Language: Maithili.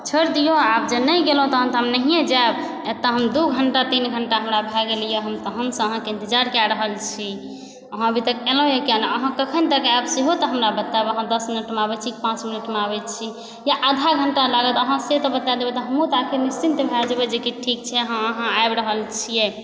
छोड़ि दिऔ आब जहन नहि गेलहुँ तहन तऽ हम नहिए जाएब एतऽ हम दू घण्टा तीन घण्टा हमरा भऽ गेल यऽ हम अहाँकेँ इन्तजार कए रहल छी अहाँ अभी तक एलहुँए किआ नहि कखन तक आयब सेहो तऽ हमरा बतायब अहाँ दश मिनटमे आबै छी कि पाँच मिनटमे आबै छी या आधा घण्टा लागत अहाँ से तऽ बता देबै तऽ हमहुँ तऽ आखिर निश्चिन्त भए जेबै जे कि ठीक छै अहाॅं आबि रहल छियै